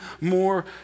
more